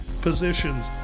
positions